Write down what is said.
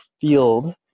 field